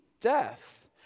death